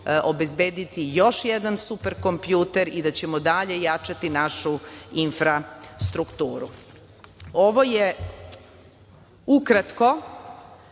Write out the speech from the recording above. obezbediti još jedan superkompjuter i da ćemo dalje jačati našu infrastrukturu. Ovo je ukratko